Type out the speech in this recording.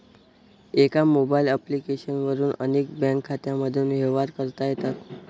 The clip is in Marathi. एका मोबाईल ॲप्लिकेशन वरून अनेक बँक खात्यांमधून व्यवहार करता येतात